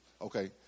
Okay